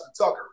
Tucker